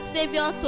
Savior